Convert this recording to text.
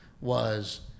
was-